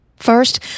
First